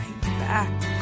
back